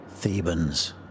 Thebans